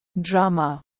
Drama